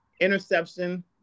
interception